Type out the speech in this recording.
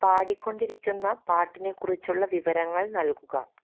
പാടിക്കൊണ്ടിരിക്കുന്ന പാട്ടിനെകുറിച്ചുള്ള വിവരങ്ങള് നല്കുക